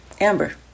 Amber